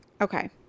Okay